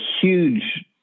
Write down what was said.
huge